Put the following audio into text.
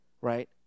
Right